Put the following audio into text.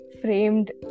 framed